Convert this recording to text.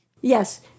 Yes